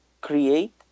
create